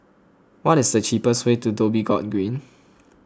what is the cheapest way to Dhoby Ghaut Green